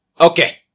Okay